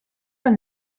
fan